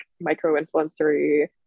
micro-influencery